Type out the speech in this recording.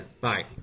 Bye